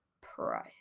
price